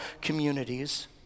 communities